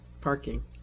parking